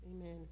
Amen